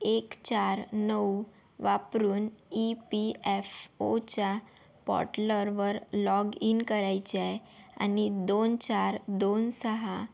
एक चार नऊ वापरून ई पी एफ ओच्या पॉटलरवर वर लॉग इन करायचे आहे आणि दोन चार दोन सहा